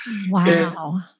Wow